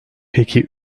peki